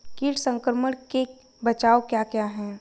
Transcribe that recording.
कीट संक्रमण के बचाव क्या क्या हैं?